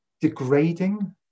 degrading